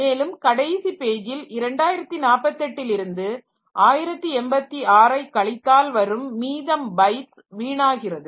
மேலும் கடைசி பேஜ்ஜில் 2048 இல் இருந்து 1086 ஐ கழித்தால் வரும் மீதம் பைட்ஸ் வீணாகிறது